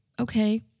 okay